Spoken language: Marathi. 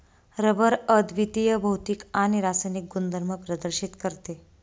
रबर अद्वितीय भौतिक आणि रासायनिक गुणधर्म प्रदर्शित करते